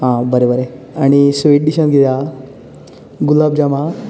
आं बरें बरें आनी स्वीट डिशान कितें आहा गुलाब जाम आहा